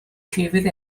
llefydd